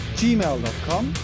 gmail.com